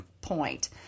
point